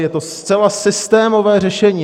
Je to zcela systémové řešení.